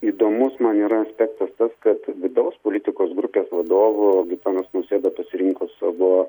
įdomus man yra aspektas tas kad vidaus politikos grupės vadovu gitanas nausėda pasirinko savo